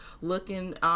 looking